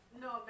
No